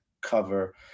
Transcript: cover